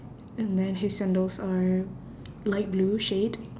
and then his sandals are light blue shade